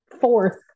fourth